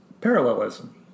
parallelism